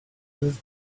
those